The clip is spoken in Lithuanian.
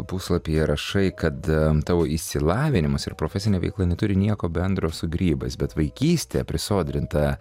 puslapyje rašai kad tavo išsilavinimas ir profesinė veikla neturi nieko bendro su grybais bet vaikystė prisodrinta